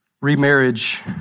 Remarriage